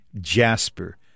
Jasper